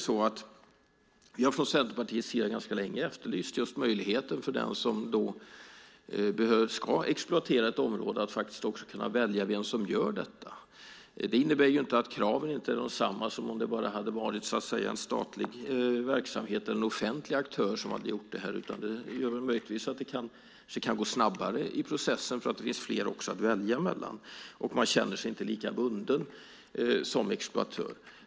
Från Centerpartiets sida har vi ganska länge efterlyst möjlighet för den som ska exploatera ett område att välja vem som gör det. Men det innebär inte att kraven inte är desamma som om det hade varit en statlig verksamhet eller en offentlig aktör som hade gjort arbetet. Det kanske kan gå snabbare i processen eftersom det finns fler att välja mellan, och man känner sig inte lika bunden som exploatör.